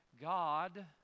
God